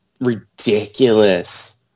ridiculous